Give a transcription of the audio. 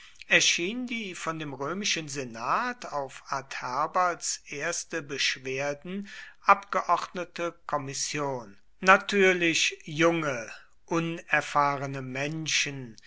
erschien die von dem römischen senat auf adherbals erste beschwerden abgeordnete kommission natürlich junge unerfahrene menschen